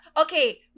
Okay